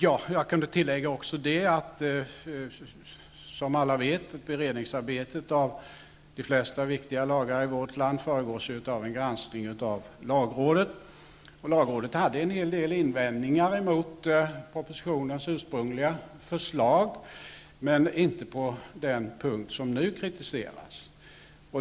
Jag kunde också tillägga att, som alla vet, beredningsarbetet av de flesta viktiga lagar i vårt land föregås av en granskning av lagrådet. Lagrådet hade en hel del invändningar mot propositionens ursprungliga förslag, men inte på den punkt som nu kritiseras.